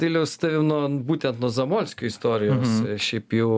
dailiau su tavim būtent nuo zamolskio istorijoms šiaip jau